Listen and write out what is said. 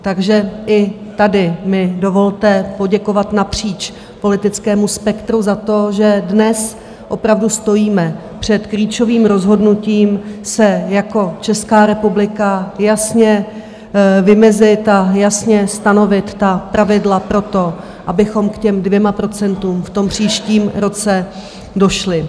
Takže i tady mi dovolte poděkovat napříč politickému spektru za to, že dnes opravdu stojíme před klíčovým rozhodnutím se jako Česká republika jasně vymezit a jasně stanovit pravidla pro to, abychom k těm 2 % v příštím roce došli.